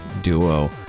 duo